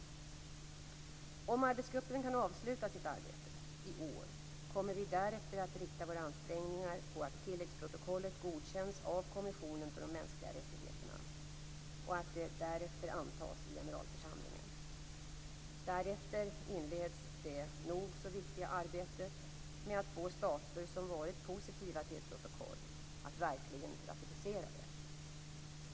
Om arbetsgruppen kan avsluta sitt arbete i år kommer vi därefter att rikta våra ansträngningar på att tilläggsprotokollet godkänns av kommissionen för de mänskliga rättigheterna och att det därefter antas i generalförsamlingen. Därefter inleds det nog så viktiga arbetet med att få stater som varit positiva till ett protokoll att verkligen ratificera det.